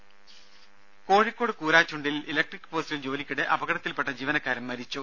ദേദ കോഴിക്കോട് കൂരാച്ചുണ്ടിൽ ഇലക്ട്രിക്ക് പോസ്റ്റിൽ ജോലിക്കിടെ അപകടത്തിൽപ്പെട്ട ജീവനക്കാരൻ മരിച്ചു